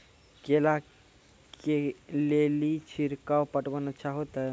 केला के ले ली छिड़काव पटवन अच्छा होते?